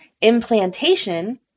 implantation